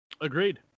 Agreed